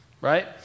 Right